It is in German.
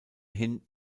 hin